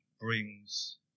brings